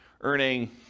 earning